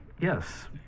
yes